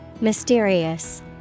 Mysterious